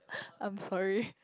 I'm sorry